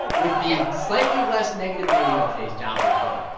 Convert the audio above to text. with the slightly less negative reading of today's jobs report.